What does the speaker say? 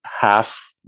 half